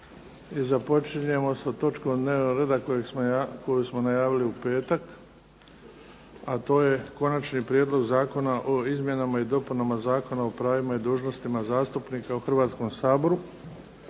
i započinjemo s točkom dnevnog reda koju smo najavili u petak, a to je - Konačni prijedlog Zakona o izmjenama i dopunama Zakona o pravima i dužnostima zastupnika u Hrvatskom saboru,